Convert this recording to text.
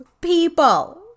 people